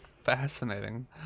fascinating